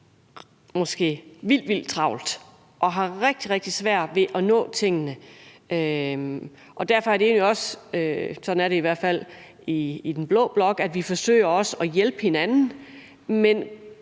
også vildt travlt og har rigtig svært ved at nå tingene. Derfor er det også sådan – sådan er det i hvert fald i den blå blok – at vi forsøger at hjælpe hinanden. Men